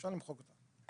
אפשר למחוק אותה.